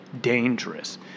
dangerous